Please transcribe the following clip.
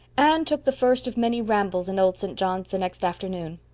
anne took the first of many rambles in old st. john's the next afternoon.